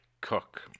cook